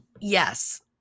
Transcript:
yes